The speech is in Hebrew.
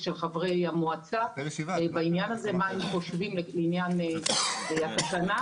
של חברי המועצה ומה הם חושבים לעניין התקנה.